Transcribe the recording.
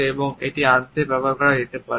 এবং এটি আনতে ব্যবহার করা যেতে পারে